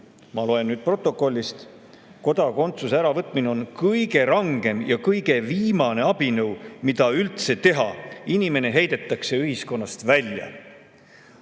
ma loen nüüd protokollist: kodakondsuse äravõtmine on kõige rangem ja kõige viimane abinõu, mida üldse teha, inimene heidetakse ühiskonnast välja.